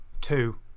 two